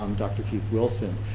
um dr. keith wilson,